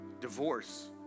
divorce